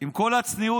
עם כל הצניעות,